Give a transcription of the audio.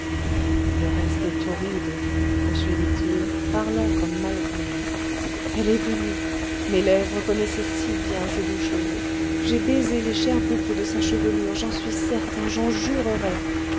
le reste est horrible poursuivit-il parlant comme malgré lui elle est venue mes lèvres connaissaient si bien ses doux cheveux j'ai baisé les chères boucles de sa chevelure j'en suis certain j'en jurerais